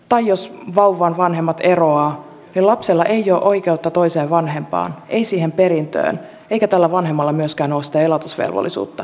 tai jos vauvan vanhemmat eroavat niin lapsella ei ole oikeutta toiseen vanhempaan ei siihen perintöön eikä tällä vanhemmalla myöskään ole sitä elatusvelvollisuutta